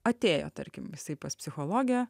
atėjo tarkim jisai pas psichologę